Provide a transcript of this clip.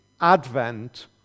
Advent